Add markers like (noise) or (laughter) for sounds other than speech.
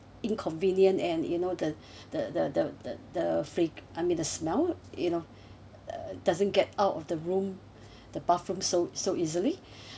inconvenient and you know the (breath) the the the the the fra~ I mean the smell you know uh doesn't get out of the room the bathroom so so easily (breath)